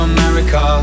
America